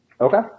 Okay